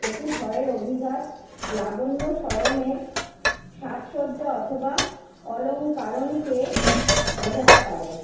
এটি স্বরের অভিঘাত লাবণ্য স্বরমের সাজসজ্জা অথবা অলঙ্কারণকে বোঝাতে পারে